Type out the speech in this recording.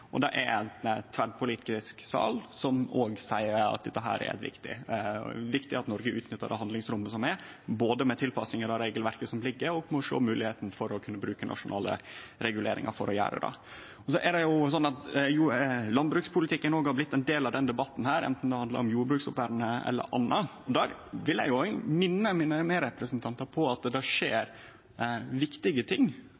føringar. Det er ein tverrpolitisk sal som òg seier at det er viktig at Noreg utnyttar det handlingsrommet som er med tilpassingar av regelverket som ligg føre, og å kunne sjå moglegheita for å bruke internasjonale reguleringar for å gjere det. Landbrukspolitikken har òg blitt ein del av denne debatten, anten det handlar om jordbruksoppgjeret eller anna. Då vil eg òg minne mine medrepresentantar om at